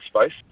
space